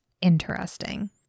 interesting